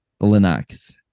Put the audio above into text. Linux